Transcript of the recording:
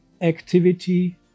Activity